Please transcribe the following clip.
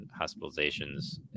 hospitalizations